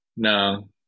No